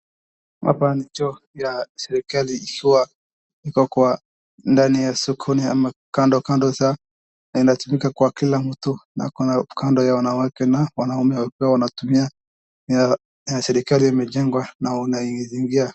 Hapa ni choo ya serikali ikiwa iko kwa ndani ya sokoni ama kando kando zao na inatumika kwa kila mtu na kuna kando ya wanawake na wanaume wakiwa wanatumia serikali imejengwa na unaeza ingia.